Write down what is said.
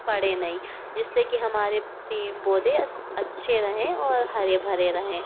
पड़े नहीं जिससे कि हमारे पेड़ पौधे अच्छे रहें और हरे भरे रहें